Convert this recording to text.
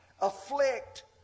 Afflict